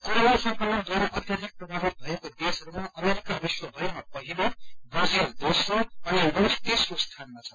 corona संक्रमणद्वारा अत्याधिक प्रभावित भएको देशहरूमा अमेरिका विश्वभरिमा पहिलो ब्राजिल दोस्रो अनि रूस तेस्रो सीनमा छ